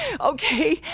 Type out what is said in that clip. okay